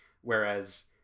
whereas